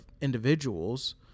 individuals